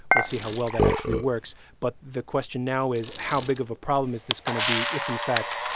we'll see how well that actually works. but the question now is how big of a problem is this going to be if, in fact,